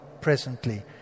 presently